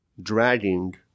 dragging